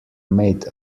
made